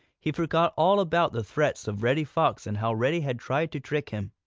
he forgot all about the threats of reddy fox and how reddy had tried to trick him.